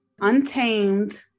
untamed